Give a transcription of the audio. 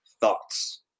Thoughts